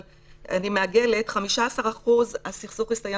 אבל אני מעגלת 15% הסכסוך הסתיים